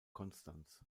konstanz